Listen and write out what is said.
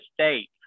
State